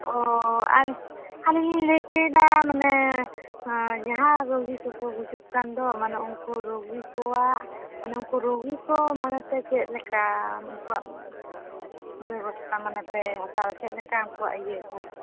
ᱚᱻ ᱟᱹᱞᱤᱧ ᱞᱤᱧ ᱞᱟᱹᱭ ᱚᱪᱚᱭᱮᱫᱟ ᱢᱟᱱᱮ ᱡᱟᱦᱟᱸ ᱨᱩᱜᱤ ᱠᱚ ᱠᱚ ᱜᱩᱡᱩᱜ ᱠᱟᱱ ᱫᱚ ᱢᱟᱱᱮ ᱩᱱᱠᱩ ᱨᱩᱜᱤ ᱠᱚᱣᱟᱜ ᱢᱟᱱᱮ ᱩᱱᱠᱩ ᱨᱩᱜᱤ ᱠᱚ ᱢᱚᱱᱮ ᱛᱮ ᱪᱮᱫ ᱞᱮᱠᱟ ᱩᱱᱠᱩᱭᱟᱹᱜ ᱵᱮᱵᱚᱥᱛᱟ ᱢᱟᱱᱮ ᱯᱮ ᱦᱟᱛᱟᱣᱟ ᱪᱮᱫ ᱞᱮᱠᱟ ᱩᱱᱠᱩᱣᱟᱜ ᱤᱭᱟᱹ ᱟᱨᱠᱤ